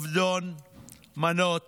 עבדון, מנות,